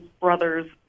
brother's